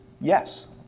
Yes